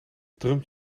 drumt